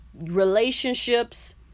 relationships